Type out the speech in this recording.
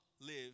live